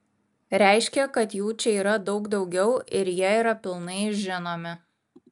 reiškia kad jų čia yra daug daugiau ir jie yra pilnai žinomi